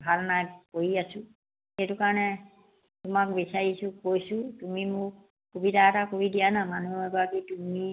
ভাল নাই পৰি আছোঁ সেইটো কাৰণে তোমাক বিচাৰিছোঁ কৈছোঁ তুমি মোক সুবিধা এটা কৰি দিয়া না মানুহ এগৰাকী তুমি